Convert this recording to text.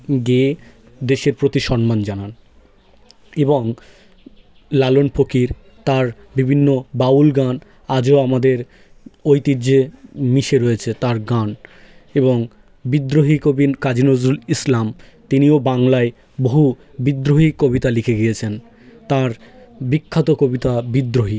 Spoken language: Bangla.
গেয়ে দেশের প্রতি সম্মান জানান এবং লালন ফকির তার বিভিন্ন বাউল গান আজও আমাদের ঐতিহ্যে মিশে রয়েছে তার গান এবং বিদ্রোহী কবি কাজী নজরুল ইসলাম তিনিও বাংলায় বহু বিদ্রোহী কবিতা লিখে গিয়েছেন তার বিখ্যাত কবিতা বিদ্রোহী